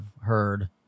heard